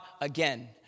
again